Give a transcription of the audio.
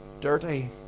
dirty